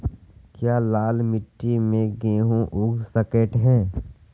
क्या लाल मिट्टी में गेंहु उगा स्केट है?